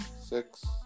six